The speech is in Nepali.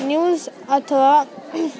न्युज अथवा